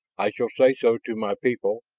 i shall say so to my people.